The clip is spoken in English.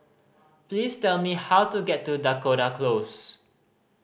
please tell me how to get to Dakota Close